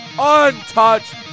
untouched